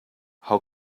how